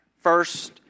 First